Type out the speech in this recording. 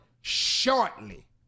shortly